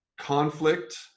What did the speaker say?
conflict